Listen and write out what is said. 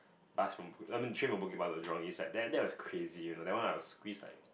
last from I mean train from Bukit-Batok to Jurong East right there that was crazy you know that one I was squeezed like